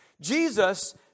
Jesus